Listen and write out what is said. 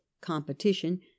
competition